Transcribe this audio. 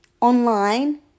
Online